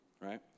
right